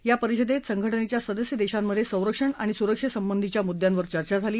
या परिषदेत संघटनेच्या सदस्य देशांमधे संरक्षण आणि सुरक्षेसंबंधीच्या मुद्दयांवर चर्चा झाली